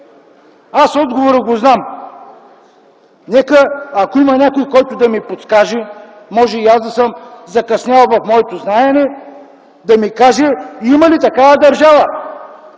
Аз отговорът го знам. Нека, ако има някой, който да ми подскаже, може и аз да съм закъснял в моето знаене, да ми каже има ли такава държава?!